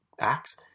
acts